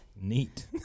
Neat